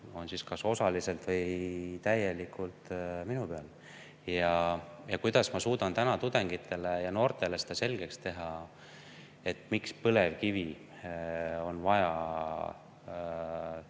on kas osaliselt või täielikult minu peal. Ja kuidas ma suudan tudengitele ja noortele selgeks teha, miks on vaja